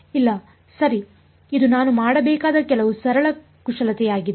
ಇಲ್ಲ ಸರಿ ಇದು ನಾನು ಮಾಡಬೇಕಾದ ಕೆಲವು ಸರಳ ಕುಶಲತೆಯಾಗಿದೆ